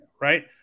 right